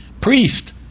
priest